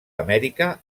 amèrica